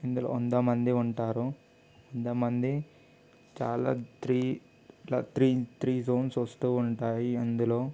ఇందులో వంద మంది ఉంటారు వంద మంది చాలా త్రీ ఇట్ల త్రీ త్రీ జోన్స్ వస్తూ ఉంటాయి అందులో